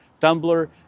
Tumblr